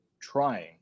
trying